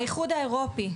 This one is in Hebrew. האיחוד האירופאי,